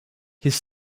his